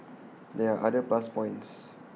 there are other plus points